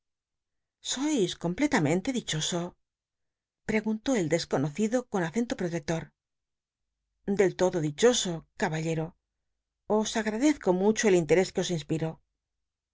sois completamente dichoso preguntó el desconocido con acento protector del lodo dichoso caballero os agraclczco mucho el interés que os inspiro